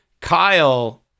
Kyle